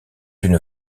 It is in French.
une